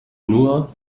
nur